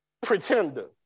pretender